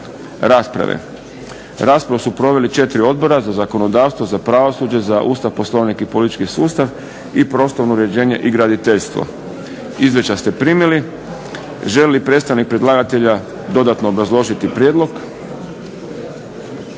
rasprave. Raspravu su proveli 4 odbora, za zakonodavstvo, za pravosuđe, za Ustav, Poslovnik i politički sustav i prostorno uređenje i graditeljstvo. Izvješća ste primili. Želi li predstavnik predlagatelja dodatno obrazložiti prijedlog?